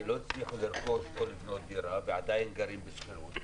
שלא הצליחו לרכוש או לבנות דירה ועדיין גרים בשכירות.